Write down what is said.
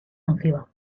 nociva